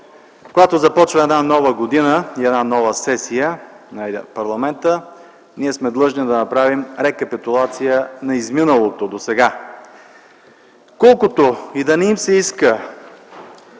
когато започва една нова година и една нова сесия на парламента, ние сме длъжни да направим рекапитулация на изминалото досега. Колкото и да не им се иска